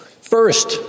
First